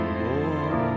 more